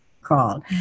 called